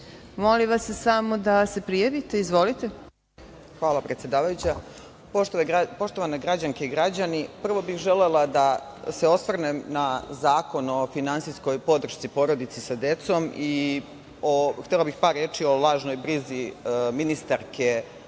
**Marina Mijatović** Hvala, predsedavajuća. Poštovane građanke i građani, prvo bih želela da se osvrnem na Zakon o finansijskoj podršci porodici sa decom i htela bih par reči o lažnoj brizi ministarke